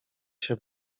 się